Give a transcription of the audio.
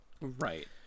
Right